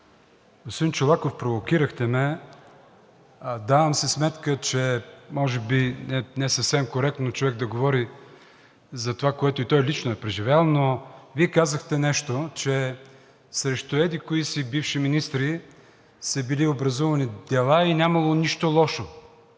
Чолаков, провокирахте ме. Давам си сметка, че може би не е съвсем коректно човек да говори за това, което и той лично е преживял, но Вие казахте нещо, че срещу еди-кои си бивши министри са били образувани дела и нямало нищо лошо.